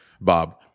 bob